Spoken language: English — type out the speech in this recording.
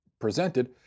presented